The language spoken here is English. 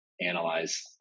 analyze